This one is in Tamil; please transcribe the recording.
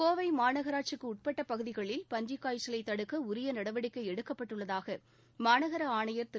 கோவை மாநகராட்சிக்குட்பட்ட பகுதிகளில் பன்றிக் காய்ச்சலை தடுக்க உரிய நடவடிக்கை எடுக்கப்பட்டுள்ளதாக மாநகர ஆணையர் திரு